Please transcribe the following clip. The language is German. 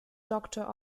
doctor